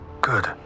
Good